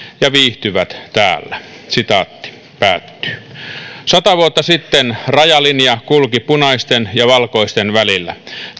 ja viihtyvät täällä sata vuotta sitten rajalinja kulki punaisten ja valkoisten välillä